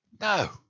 No